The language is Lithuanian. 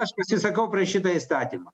aš pasisakau prieš šitą įstatymą